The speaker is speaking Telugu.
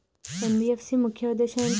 ఎన్.బి.ఎఫ్.సి ముఖ్య ఉద్దేశం ఏంటి?